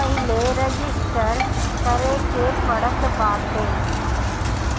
पहिले रजिस्टर करे के पड़त बाटे